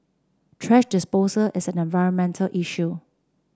thrash disposal is an environmental issue